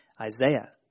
Isaiah